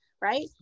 right